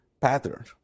pattern